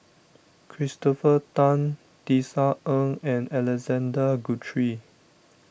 Christopher Tan Tisa Ng and Alexander Guthrie